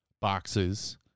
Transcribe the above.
boxes